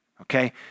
Okay